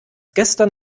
gestern